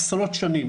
עשרות שנים,